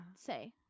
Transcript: Say